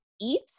eat